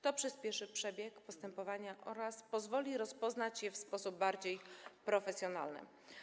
To przyspieszy przebieg postępowania oraz pozwoli rozpoznać je w sposób bardziej profesjonalny.